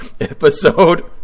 episode